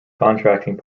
contracting